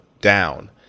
down